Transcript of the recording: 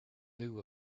knew